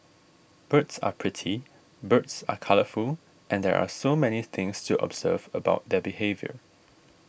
birds are pretty birds are colourful and there are so many things to observe about their behaviour